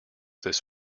this